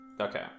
Okay